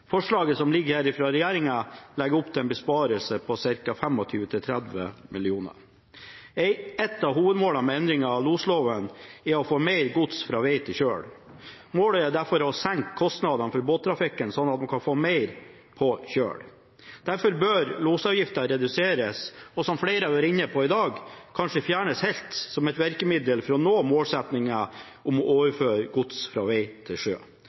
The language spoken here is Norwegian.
Forslaget fra regjeringen legger opp til en besparelse på ca. 25–30 mill. kroner. Et av hovedmålene med endringen av losloven er å få mer gods fra vei til kjøl. Målet er derfor å senke kostnadene for båttrafikken sånn at man kan få mer på kjøl. Derfor bør losavgiften reduseres og, som flere har vært inne på i dag, kanskje fjernes helt – som et virkemiddel for å nå målsettingen om å overføre gods fra vei til sjø.